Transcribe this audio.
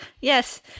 yes